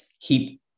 keep